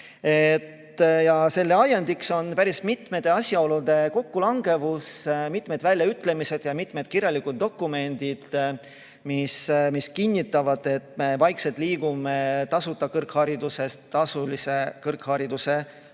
Selle ajendiks on päris mitmete asjaolude kokkulangevus, mitmed väljaütlemised ja mitmed kirjalikud dokumendid, mis kinnitavad, et me vaikselt liigume tasuta kõrghariduselt tasulise kõrghariduse